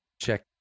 check